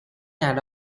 nên